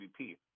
MVP